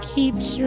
Keeps